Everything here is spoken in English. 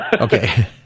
Okay